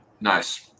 Nice